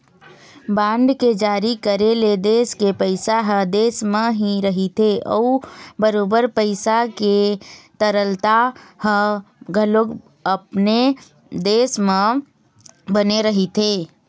bond के जारी करे ले देश के पइसा ह देश म ही रहिथे अउ बरोबर पइसा के तरलता ह घलोक अपने देश म बने रहिथे